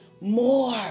more